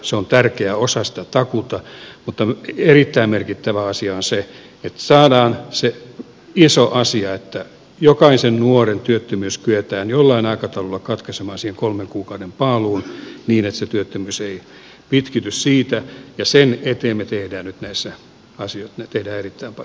se on tärkeä osa sitä takuuta mutta erittäin merkittävä asia on se että saadaan se iso asia että jokaisen nuoren työttömyys kyetään jollain aikataululla katkaisemaan siihen kolmen kuukauden paaluun niin että se työttömyys ei pitkity siitä ja sen eteen me teemme nyt erittäin paljon töitä